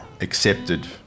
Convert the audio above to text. accepted